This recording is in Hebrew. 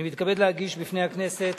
אני מתכבד להגיש בפני הכנסת